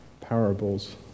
parables